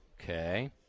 Okay